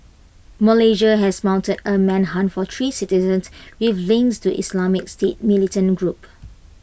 Malaysia has mounted A manhunt for three citizens with links to the Islamic state militant group